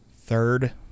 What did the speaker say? Third